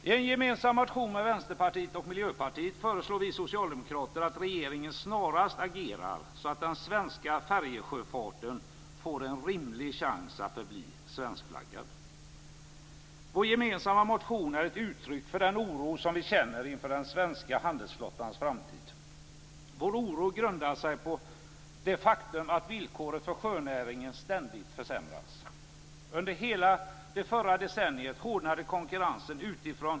I en motion som vi skrivit tillsammans med Vår gemensamma motion är ett uttryck för den oro som vi känner inför den svenska handelsflottans framtid. Vår oro grundar sig på det faktum att villkoren för sjönäringen ständigt försämrats. Under hela det förra decenniet hårdnade konkurrensen utifrån.